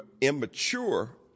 immature